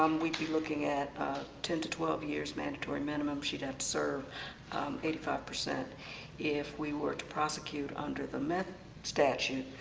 um we'd be looking at ten to twelve years mandatory minimum. she'd have to serve eighty five. if we were to prosecute under the meth statute,